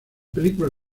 película